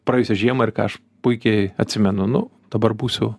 praėjusią žiemą ir ką aš puikiai atsimenu nu dabar būsiu